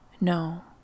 No